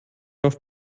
auf